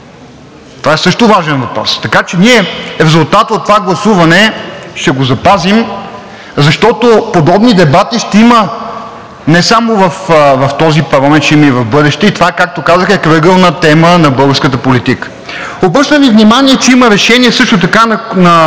Това е също важен въпрос. Така че ние резултата от това гласуване ще го запазим, защото подобни дебати ще има не само в този парламент, ще има и в бъдеще, това, както казах, е крайъгълна тема на българската политика. Обръщам Ви внимание, че има Решение също така на